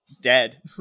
dead